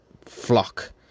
flock